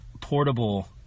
portable